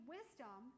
Wisdom